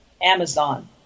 Amazon